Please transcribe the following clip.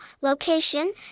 location